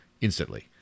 instantly